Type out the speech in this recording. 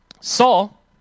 Saul